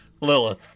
Lilith